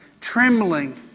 trembling